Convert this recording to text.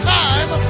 time